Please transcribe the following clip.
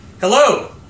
Hello